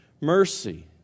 mercy